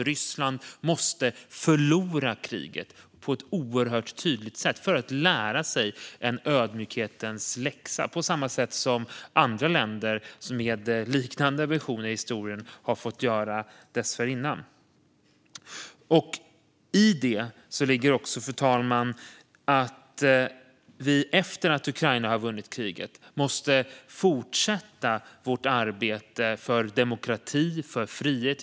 Ryssland måste förlora kriget på ett tydligt sätt för att lära sig en ödmjukhetens läxa, på samma sätt som andra länder med liknande visioner i historien har fått göra dessförinnan. Fru talman! I detta ligger också att vi efter att Ukraina har vunnit kriget måste fortsätta vårt arbete för demokrati och frihet.